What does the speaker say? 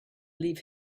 leave